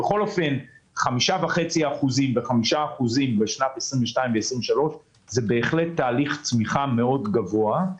בכל אופן 5.5% ו-5% בשנים 2022 ו-2023 זה בהחלט תהליך צמיחה גבוה מאוד.